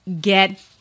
get